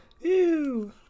Ew